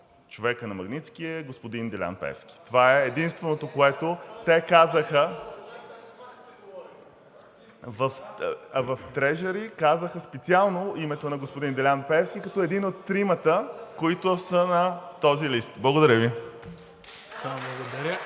човека на „Магнитски“ е господин Делян Пеевски. Това е единственото, което те казаха. (Шум и реплики от ДПС.) В Treasury казаха специално името на господин Делян Пеевски като един от тримата, които са на този лист. Благодаря Ви.